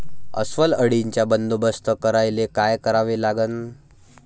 अस्वल अळीचा बंदोबस्त करायले काय करावे लागन?